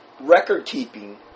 record-keeping